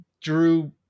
Drew